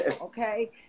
okay